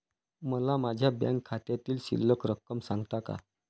मला माझ्या बँक खात्यातील शिल्लक रक्कम सांगता का?